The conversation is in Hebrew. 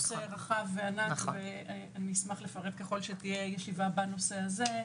נושא רחב וענק ואני אשמח לפרט ככל שתהיה ישיבה בנושא הזה,